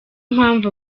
mpamvu